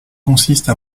consiste